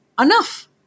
Enough